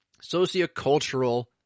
sociocultural